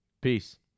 Peace